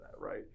Right